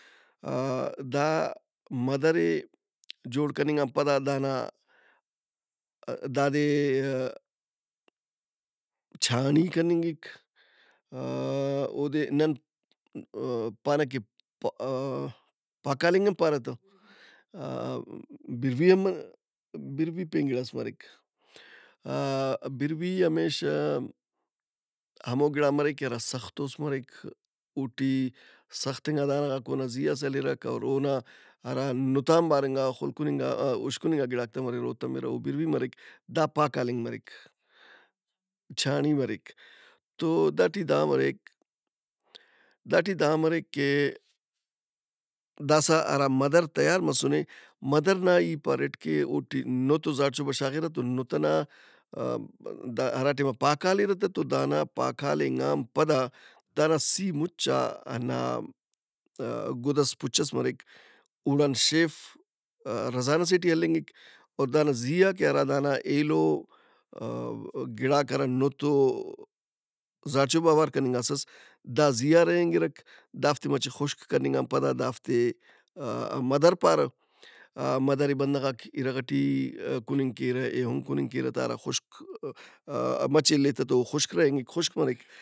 A- the mother ئے جوڑ کننگ ان پدا دانا دادے آ-ا- چھانی کننگک۔ آ-ا- اودے نن پانہ کہ آ-اا- پاکالِنگ ہم پارہ تہ، آ-ا- بِروے ہم مہ بِروے پین گِڑاس مریک۔ آ-ا- بروے ہمیشہ ہمو گڑا مریک کہ ہرا سختوس مرے۔ اوٹی سخت انگا دانہ غاک اونا زی آ سلِرک اور اونا ہرا نُت آنباراِنگا خُلکُن انگا اُشکن انگا گڑاک تا مریرہ او تمرہ او بروے مریک۔ دا پاکالِنگ مریک، چھانڑی مریک۔ داٹی دا مریک کہ داسا ہرا مدر تیار مسنے۔ مدر نا ای پاریٹ کہ اوٹی نُت و زارچوبہ شاغِرہ تو نُت ئنا ا-ا- ہراٹیم آ پاکالِرہ تہ تو دانا پاکالِنگ آن پدا دانا سِی مُچا ہنّا ا-ا- گُد ئس پُچ ئس مریک اوڑان شیف رزان ئسےٹی ہلنگک اور دانا زی آ کہ ہرا داناایلو ا-ا- گڑاس ہراکہ نُت و زارچوبہ اوار کننگاسُس دا زی آ رہینگِرہ دافتے مچہ خُشک کننگ ان پدا دافتے مدر پارہ۔ مدر ئے بندغاک اِرغ ئٹی کُننگ کیرہ۔ ایہن کننگ کیرہ تہ ہرا خُشک مچہ اِلّہِ تو تو خُشک رہینگِک خُشک مریک۔